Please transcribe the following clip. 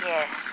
Yes